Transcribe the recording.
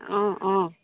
অঁ অঁ